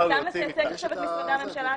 אתה מייצג עכשיו גם את משרדי הממשלה?